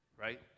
Right